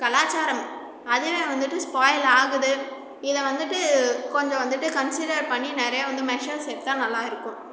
கலாச்சாரம் அதுவே வந்துவிட்டு ஸ்பாயில் ஆகுது இதை வந்துவிட்டு கொஞ்சம் வந்துவிட்டு கன்சிடர் பண்ணி நிறைய வந்து மெஷர்ஸ் எடுத்தால் நல்லா இருக்கும்